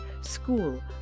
school